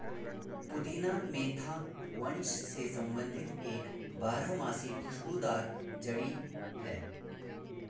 पुदीना मेंथा वंश से संबंधित एक बारहमासी खुशबूदार जड़ी है